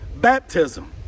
baptism